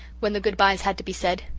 when the good-byes had to be said.